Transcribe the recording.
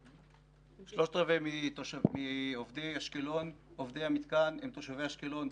שלושת רבעי מעובדי המתקן הם תושבי אשקלון,